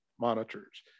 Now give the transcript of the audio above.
monitors